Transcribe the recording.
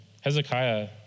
Hezekiah